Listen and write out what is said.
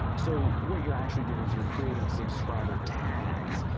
so what you're actually doing is you're creating subscriber tags.